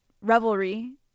revelry